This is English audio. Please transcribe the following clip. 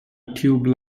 tube